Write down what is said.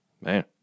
Man